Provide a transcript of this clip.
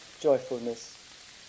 joyfulness